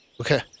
Okay